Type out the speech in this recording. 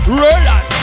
relax